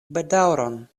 bedaŭron